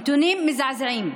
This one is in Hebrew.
נתונים מזעזעים.